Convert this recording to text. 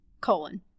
colon